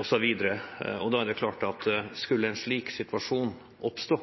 osv. Da er det klart at skulle en slik situasjon oppstå,